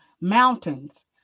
mountains